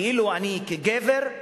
כאילו אני, כגבר,